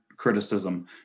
criticism